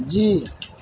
جی